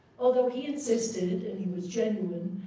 although he insisted, and he was genuine,